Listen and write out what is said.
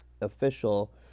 official